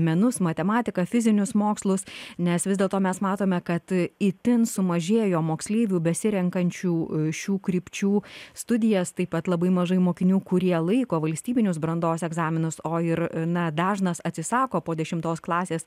menus matematiką fizinius mokslus nes vis dėlto mes matome kad itin sumažėjo moksleivių besirenkančių šių krypčių studijas taip pat labai mažai mokinių kurie laiko valstybinius brandos egzaminus o ir na dažnas atsisako po dešimtos klasės